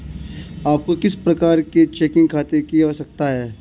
आपको किस प्रकार के चेकिंग खाते की आवश्यकता है?